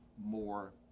more